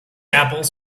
apples